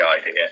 idea